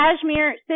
cashmere